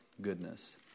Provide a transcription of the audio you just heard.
Goodness